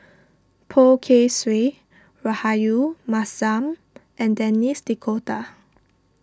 Poh Kay Swee Rahayu Mahzam and Denis D'Cotta